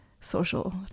social